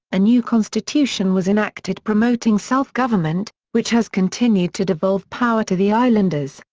a new constitution was enacted promoting self-government, which has continued to devolve power to the islanders.